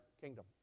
kingdom